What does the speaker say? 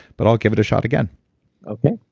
but i'll give it a shot again okay